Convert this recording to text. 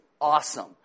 awesome